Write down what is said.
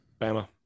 Bama